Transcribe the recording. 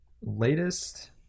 latest